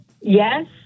yes